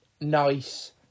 NICE